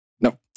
No